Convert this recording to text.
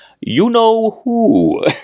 you-know-who